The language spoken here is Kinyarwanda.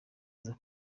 aza